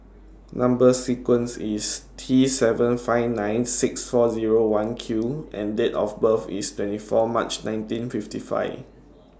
Number sequence IS T seven five nine six four Zero one Q and Date of birth IS twenty four March nineteen fifty five